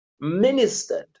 ministered